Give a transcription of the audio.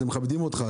אז הם מכבדים אותך.